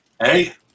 Hey